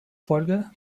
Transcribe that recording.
folge